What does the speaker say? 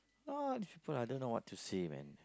ah this people I don't know what to say man